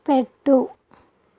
పెట్టు